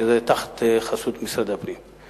וזה תחת חסות משרד הפנים.